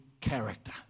character